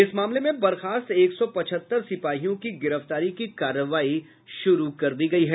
इस मामले में बर्खास्त एक सौ पचहत्तर सिपाहियों की गिरफ्तारी की कार्रवाई शुरू कर दी गयी है